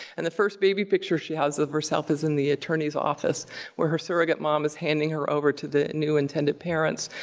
and the first baby picture she has of herself is in the attorney's office where her surrogate mom is handing her over to the new intended parents,